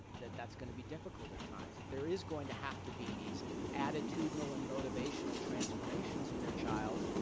that that's going to be difficult at times that there is going to have to be these attitudinal and motivational transformations in their child.